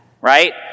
right